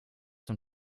dem